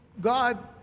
God